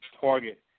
target